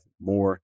more